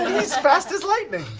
he's fast as lightning.